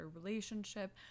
relationship